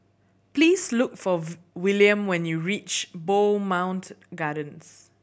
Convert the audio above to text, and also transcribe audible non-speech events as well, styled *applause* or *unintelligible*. please look for *unintelligible* Willam when you reach Bowmont Gardens